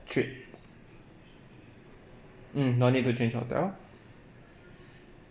trip mm no need to change hotel